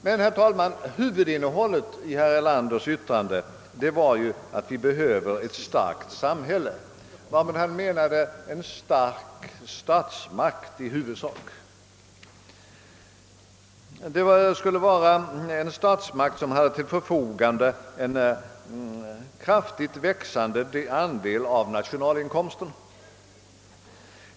Herr talman! Huvudinnehållet i herr Erlanders anförande var att vi behöver »ett starkt samhälle», varmed han i huvudsak menade en stark statsmakt, som till sitt förfogande hade en kraftigt växande andel av nationalinkomsten.